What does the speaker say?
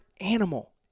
animal